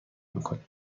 میکنیم